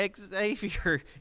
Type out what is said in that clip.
Xavier